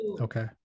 Okay